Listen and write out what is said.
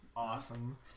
Awesome